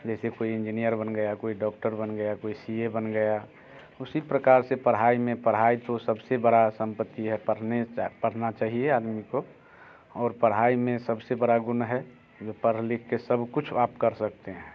जैसे कोई इंजीनियर बन गया कोई डॉक्टर बन गया कोई सी ए बन गया उसी प्रकार से पढ़ाई में पढ़ाई तो सबसे बड़ा संपत्ति है पढ़ने पढ़ना चाहिए आदमी को और पढ़ाई में सबसे बड़ा गुन है जो पढ़ लिख के सब कुछ आप कर सकते हैं